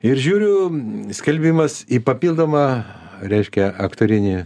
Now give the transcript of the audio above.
ir žiūriu skelbimas į papildomą reiškia aktorinį